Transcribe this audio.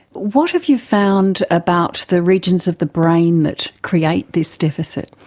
what have you found about the regions of the brain that create this deficit?